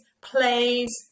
plays